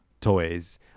toys